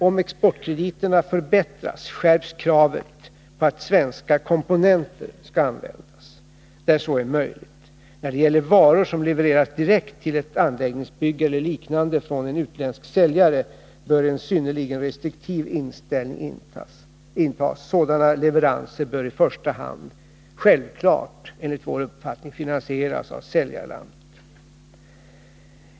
Om exportkrediterna förbättras, skärps emellertid kravet på att svenska komponenter skall användas, där så är möjligt. När det gäller varor som levereras direkt till ett anläggningsbygge eller liknande från en utländsk säljare, bör en synnerligen restriktiv hållning intas. Sådana leveranser bör i första hand självfallet finansieras av säljarlandet.